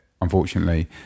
unfortunately